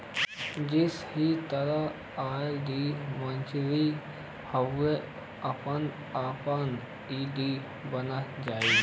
जइसे ही तोहार आर.डी मच्योर होइ उ अपने आप एफ.डी बन जाइ